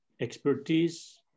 expertise